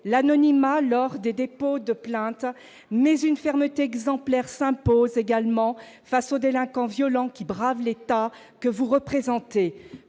l'anonymat lors des dépôts de plainte. Toutefois, une fermeté exemplaire s'impose également face aux délinquants violents qui bravent l'État que vous représentez.